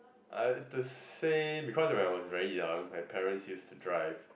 I've to say because when I was very young my parents used to drive